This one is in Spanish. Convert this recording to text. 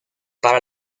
para